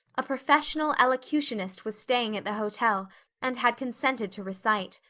a professional elocutionist was staying at the hotel and had consented to recite.